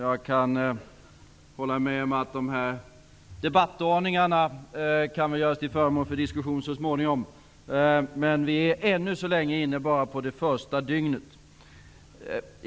Jag kan hålla med om att den här debattordningen så småningom kan bli föremål för diskussion. Vi är ännu så länge bara inne på det första dygnet.